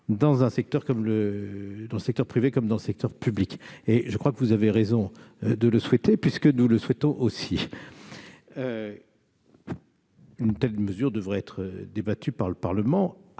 dans le secteur privé comme dans le secteur public. Je crois que vous avez raison de le souhaiter, puisque nous le souhaitons aussi. Une telle mesure devrait être débattue par le Parlement,